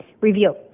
Review